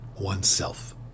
oneself